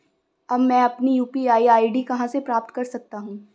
अब मैं अपनी यू.पी.आई आई.डी कहां से प्राप्त कर सकता हूं?